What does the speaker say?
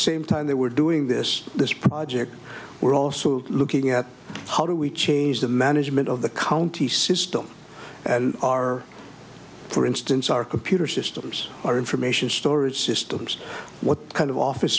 same time they were doing this this project we're also looking at how do we change the management of the county system and our for instance our computer systems our information storage systems what kind of office